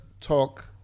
talk